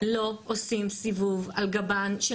לא עושים סיבוב על גבן של